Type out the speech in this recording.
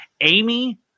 Amy –